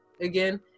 again